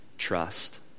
trust